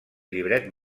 llibret